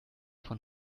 von